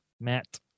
Matt